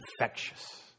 infectious